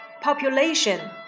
population